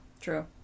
True